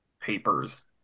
papers